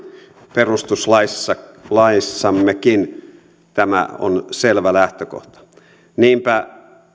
perustuslaissammekin tämä on selvä lähtökohta niinpä